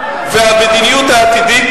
מה הבטחת?